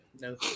No